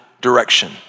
direction